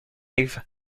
live